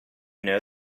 know